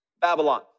Babylon